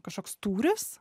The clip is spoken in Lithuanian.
kažkoks tūris